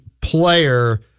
player